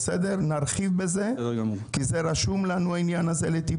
נרחיב בזה כי העניין הזה רשום לנו לטיפול.